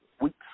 weeks